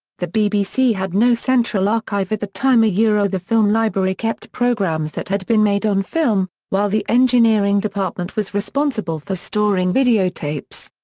the bbc had no central archive at the time ah ah the film library kept programmes that had been made on film, while the engineering department was responsible for storing videotapes.